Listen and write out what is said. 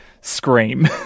scream